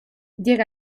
llega